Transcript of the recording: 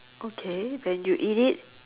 okay then you eat it